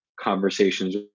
conversations